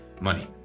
Money